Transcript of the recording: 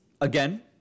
again